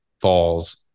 falls